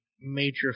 major